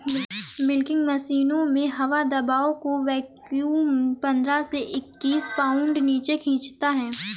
milking मशीनों में हवा दबाव को वैक्यूम पंद्रह से इक्कीस पाउंड नीचे खींचता है